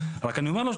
רק אני אומר לו,